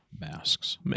Masks